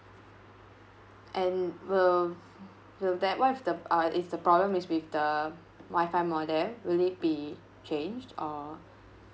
and will will that what if the uh if the problem is with the wifi modem will it be changed or